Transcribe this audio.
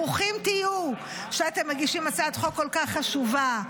ברוכים תהיו שאתם מגישים הצעת חוק כל כך חשובה.